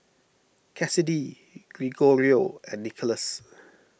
Kassidy Gregorio and Nicholas